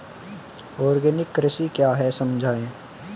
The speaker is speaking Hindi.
आर्गेनिक कृषि क्या है समझाइए?